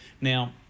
Now